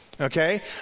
okay